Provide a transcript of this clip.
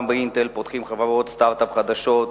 ב"אינטל" פותחים חברות סטארט-אפ חדשות,